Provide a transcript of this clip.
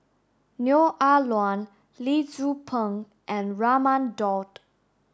Neo Ah Luan Lee Tzu Pheng and Raman Daud